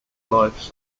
life